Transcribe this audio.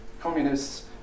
Communists